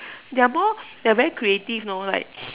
they're more they are very creative know like